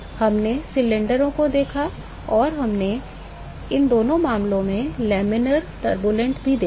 हमने सिलेंडरों को देखा और हमने इन दोनों मामलों में laminar turbulent भी देखा